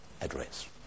address